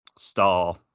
Star